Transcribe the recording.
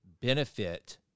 benefit